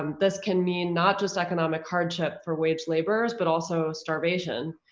um this can mean not just economic hardship for wage laborers but also starvation.